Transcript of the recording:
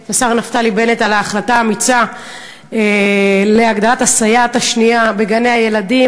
ואת השר נפתלי בנט על ההחלטה האמיצה להוספת הסייעת השנייה בגני-הילדים.